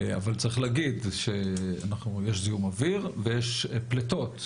אבל צריך להגיד שיש זיהום אויר ויש פליטות,